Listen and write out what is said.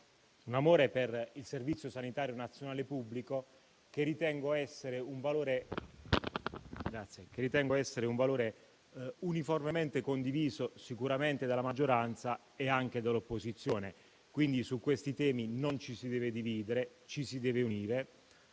un amore per il Servizio sanitario nazionale pubblico, che ritengo essere un valore uniformemente condiviso sicuramente dalla maggioranza, ma anche dell'opposizione. Su questi temi non ci si deve dividere, ci si deve unire.